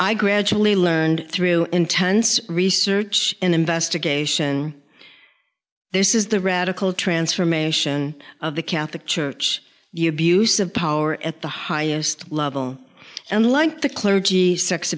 i gradually learned through intense research and investigation this is the radical transformation of the catholic church you abuse of power at the highest level and like the clergy sex